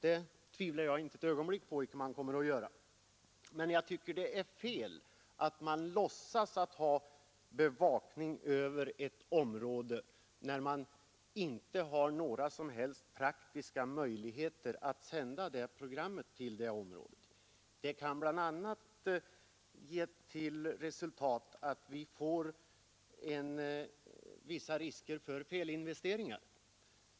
Det tvivlar jag inte på att man kommer s ha bevakning över ett att göra, men jag tycker det är fel att man låt: område när man inte har några som helst praktiska möjligheter att sända det här programmet till det området. Det kan bl.a. ge till resultat vissa risker för felinvesteringar.